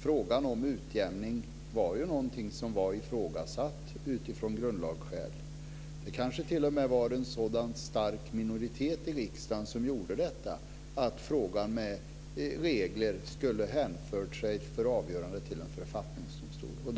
frågan om utjämning var ju någonting som ifrågasattes av grundlagsskäl. Det kanske t.o.m. var en sådan stark minoritet i riksdagen som gjorde detta, att frågan om regler skulle ha hänvisats till en författningsdomstol för avgörande.